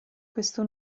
questo